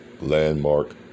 Landmark